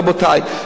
רבותי,